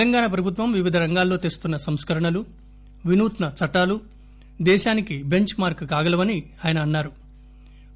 తెలంగాణ ప్రభుత్వం వివిధ రంగాల్లో తెస్తున్న సంస్కరణలు వినూత్స చట్టాలు దేశానికి బెంచ్ మార్క్ కాగలవని ఆయన అన్సారు